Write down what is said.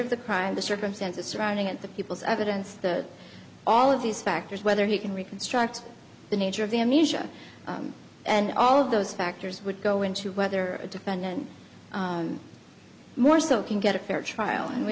of the crime the circumstances surrounding it the people's evidence that all of these factors whether he can reconstruct the nature of the ameesha and all of those factors would go into whether a defendant more so can get a fair trial and we